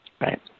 Right